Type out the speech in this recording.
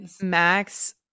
Max